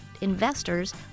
investors